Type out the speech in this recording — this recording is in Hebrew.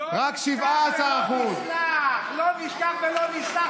רק 17%. לא נשכח ולא נסלח.